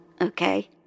okay